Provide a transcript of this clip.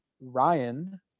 ryan